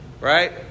right